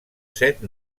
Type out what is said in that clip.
set